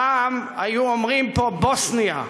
פעם היו אומרים פה: בוסניה,